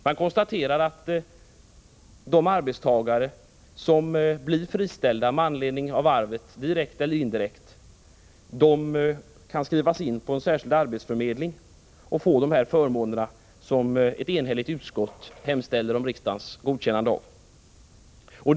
Man konstaterar att de arbetstagare som, direkt eller indirekt, blir friställda med anledning av varvsnedläggningen kan skrivas in på en särskild arbetsförmedling och få de förmåner som ett enhälligt utskott hemställer att riksdagen skall godkänna. Herr talman!